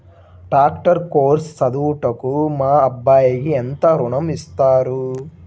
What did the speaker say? Doctor course చదువుటకు మా అబ్బాయికి ఎంత ఋణం ఇస్తారు?